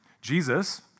Jesus